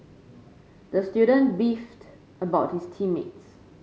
the student beefed about his team mates